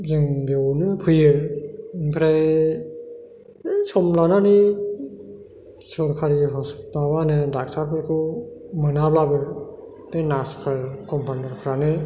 जों बेयावनो फैयो ओमफ्राय ओइ सम लानानै सोरखारि माबानो डक्ट'रफोरखौ मोनाब्लाबो बे नार्सफोर कम्पाउन्दारफ्रानो